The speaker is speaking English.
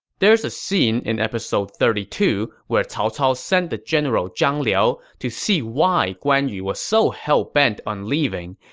there's a scene in episode thirty two where cao cao sent the general zhang liao to see why guan yu was so hell bent on leaving,